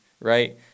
right